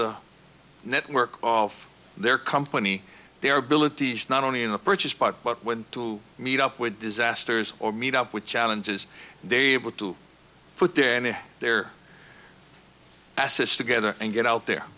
the network of their company their ability not only in the purchase part but when to meet up with disasters or meet up with challenges they able to put their end there assets together and get out there